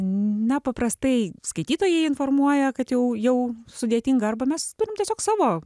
na paprastai skaitytojai informuoja kad jau jau sudėtinga arba mes turim tiesiog savo